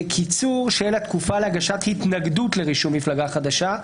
קיצור של התקופה להגשת התנגדות לרישום מפלגה חדשה,